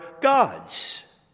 God's